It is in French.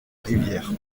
rivière